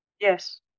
Yes